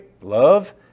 love